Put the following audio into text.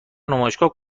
نمایشگاهی